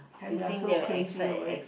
are we are so crazy over it